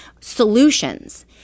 solutions